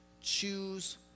Choose